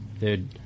Dude